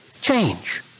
change